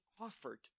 offered